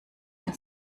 ein